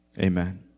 Amen